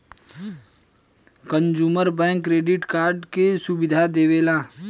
consumer bank credit card के सुविधा देवेला